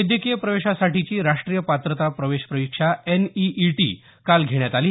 वैद्यकीय प्रवेशासाठीची राष्ट्रीय पात्रता प्रवेश परीक्षा एनईईटी काल घेण्यात आली